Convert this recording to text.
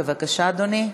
בבקשה, אדוני.